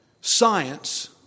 Science